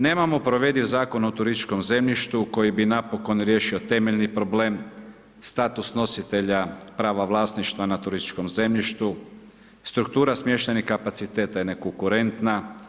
Nemamo provediv Zakon o turističkom zemljištu koji bi napokon riješio temeljni problem, status nositelja prava vlasništva na turističkom zemljištu, struktura smještajnih kapaciteta je nekonkurentna.